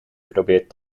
probeert